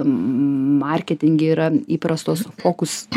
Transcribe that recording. marketinge yra įprastos fokus